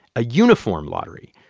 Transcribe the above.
a uniform lottery.